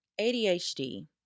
ADHD